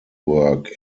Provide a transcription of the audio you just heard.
work